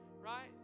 right